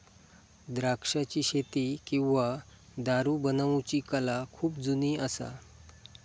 द्राक्षाची शेती किंवा दारू बनवुची कला खुप जुनी असा